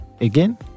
again